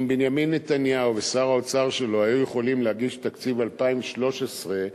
אם בנימין נתניהו ושר האוצר שלו היו יכולים להגיש את תקציב 2013 לכנסת,